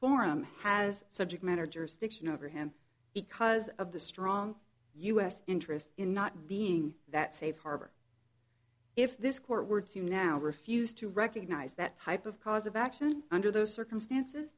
forum has subject matter jurisdiction over him because of the strong u s interest in not being that safe harbor if this court were to now refuse to recognize that type of cause of action under those circumstances